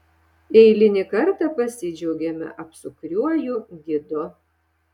eilinį kartą pasidžiaugiame apsukriuoju gidu